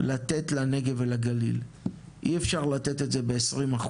לתת לנגב ולגליל, אי אפשר לתת את זה ב-20%,